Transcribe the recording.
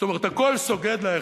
זאת אומרת, הכול סוגד לאחד.